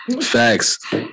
Facts